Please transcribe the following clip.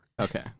Okay